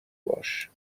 باش